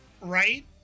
right